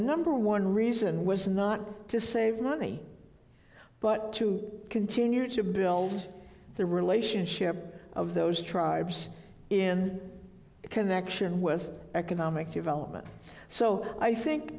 number one reason was not to save money but to continue to build the relationship of those tribes in connection with economic development so i think